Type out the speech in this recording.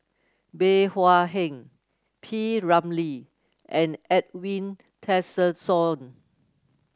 Bey Hua Heng P Ramlee and Edwin Tessensohn